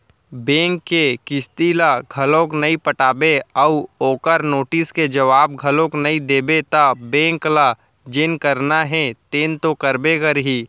bank के किस्ती ल घलोक नइ पटाबे अउ ओखर नोटिस के जवाब घलोक नइ देबे त बेंक ल जेन करना हे तेन तो करबे करही